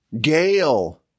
gale